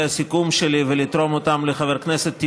הסיכום שלי ולתרום אותם לחבר הכנסת טיבייב.